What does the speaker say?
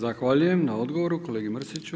Zahvaljujem na odgovoru kolegi Mrsiću.